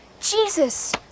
jesus